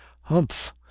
Humph